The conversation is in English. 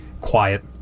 quiet